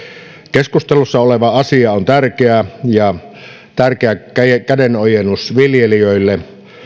keskustelussa oleva asia on tärkeä ja tärkeä kädenojennus viljelijöille